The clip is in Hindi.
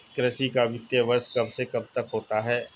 कृषि का वित्तीय वर्ष कब से कब तक होता है?